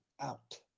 out